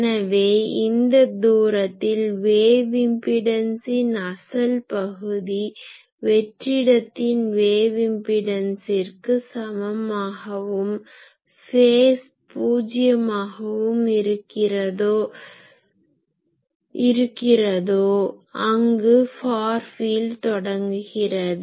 எனவே எந்த தூரத்தில் வேவ் இம்பிடன்ஸின் அசல் பகுதி வெற்றிடத்தின் வேவ் இம்பிடன்ஸிற்கு சமமாகவும் ஃபேஸ் பூஜியமாகவும் இருக்கிறதோ அங்கு ஃபார் ஃபீல்ட் தொடங்குகிறது